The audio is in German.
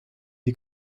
die